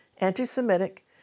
anti-Semitic